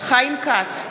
חיים כץ,